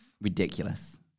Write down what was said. ridiculous